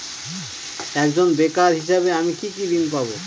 একজন বেকার হিসেবে আমি কি কি ঋণ পাব?